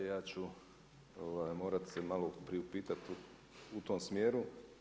Ja ću morati se malo priupitati u tom smjeru.